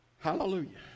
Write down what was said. Hallelujah